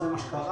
זה מה שקרה,